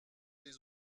les